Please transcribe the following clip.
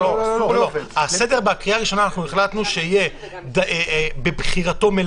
בקריאה הראשונה החלטנו שיהיה דייר מבחירתו,